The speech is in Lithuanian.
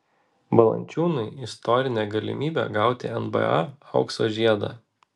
valančiūnui istorinė galimybė gauti nba aukso žiedą